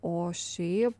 o šiaip